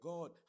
God